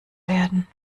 werden